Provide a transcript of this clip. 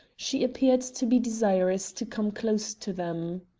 she appeared to be desirous to come close to them.